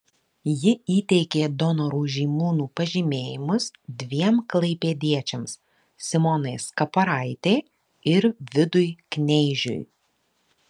ji įteikė donorų žymūnų pažymėjimus dviem klaipėdiečiams simonai skaparaitei ir vidui kneižiui